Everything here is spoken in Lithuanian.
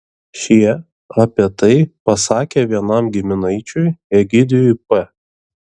šie apie tai pasakė vienam giminaičiui egidijui p